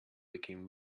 became